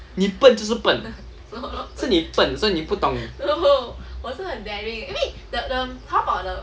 你笨就是笨是你笨说以你不懂